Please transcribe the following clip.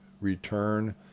return